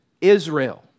Israel